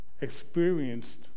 experienced